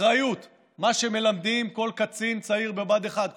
אחריות זה מה שמלמדים כל קצין צעיר בבה"ד 1,